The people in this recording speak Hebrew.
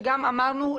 שגם אמרנו,